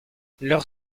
leurs